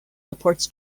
supports